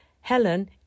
Helen